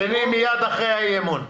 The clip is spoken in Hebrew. שני, מייד אחרי האי-אמון.